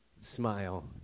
smile